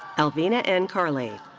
elvina n. karley.